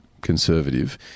conservative